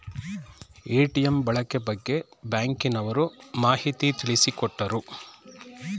ATM ಬಳಕೆ ಬಗ್ಗೆ ಬ್ಯಾಂಕಿನವರು ಮಾಹಿತಿ ತಿಳಿಸಿಕೊಟ್ಟರು